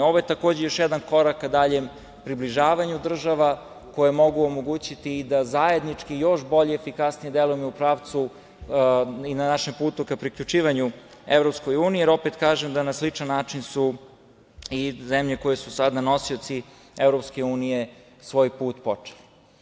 Ovo je takođe još jedan korak ka daljem približavanju država koje mogu omogućiti i da zajednički još bolje i efikasnije delujemo i u pravcu i na našem putu ka priključivanju EU, jer opet kažem da na sličan način su i zemlje koje su sada nosioci EU svoj put počeli.